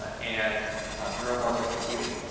ah and neuromorphic computing.